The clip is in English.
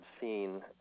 seen